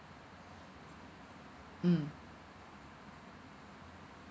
mm